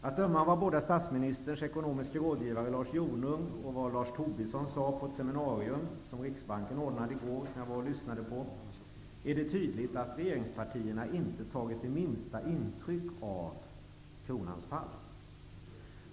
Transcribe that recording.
Att döma av vad både statsministerns ekonomiske rådgivare Lars Jonung och Lars Tobisson sade på ett seminarium som riksbanken ordnade i går och som jag var och lyssnade på, är det tydligt att regeringspartierna inte tagit det minsta intryck av kronans fall.